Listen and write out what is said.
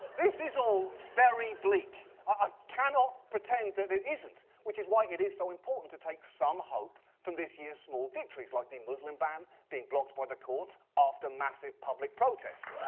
this is all very bleak. i cannot pretend that it isn't, which is why it is so important to take some hope from this year's small victories like the muslim ban being blocked by the courts after massive public protests.